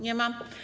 Nie ma.